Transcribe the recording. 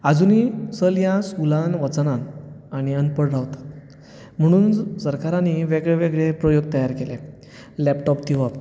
आजुनूय चलयां स्कुलांत वचनात आनी अनपड रावतात म्हणून सरकारानी वेगळे वेगळे प्रयोग तयार केल्यात लॅपटॉप दिवप